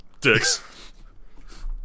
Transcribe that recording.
dicks